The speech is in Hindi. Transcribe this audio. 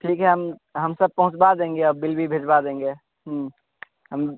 ठीक है हम हम सब पहुँचवा देंगे आ बिल भी भिजवा देंगे हम